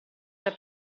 era